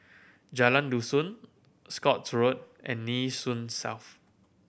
Jalan Dusun Scotts Road and Nee Soon South